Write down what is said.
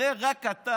הרי רק אתה